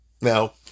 Now